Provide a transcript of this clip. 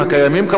כמובן,